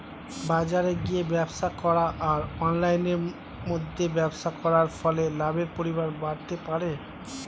বাজারে গিয়ে ব্যবসা করা আর অনলাইনের মধ্যে ব্যবসা করার ফলে লাভের পরিমাণ বাড়তে পারে?